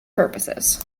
purposes